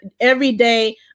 everyday